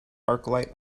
arclight